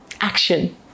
Action